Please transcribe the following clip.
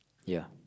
ya